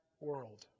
world